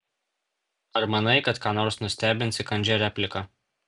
ar manai kad ką nors nustebinsi kandžia replika